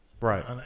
Right